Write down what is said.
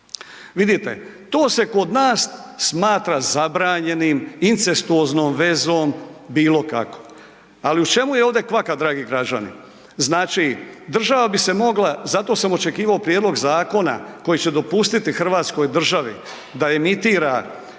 Vidite, to se kod nas smatra zabranjenim, incestuoznom vezom bilo kako. Ali u čemu je ovdje kvaka dragi građani? Znači država bi se mogla, zato sam očekivao prijedlog zakona koji će dopustiti Hrvatskoj državi da emitira